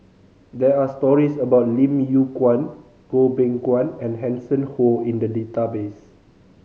there are stories about Lim Yew Kuan Goh Beng Kwan and Hanson Ho in the database